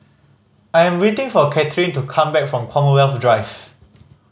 I am waiting for Katherine to come back from Commonwealth Drive